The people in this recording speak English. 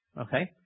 Okay